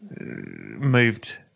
moved